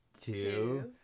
two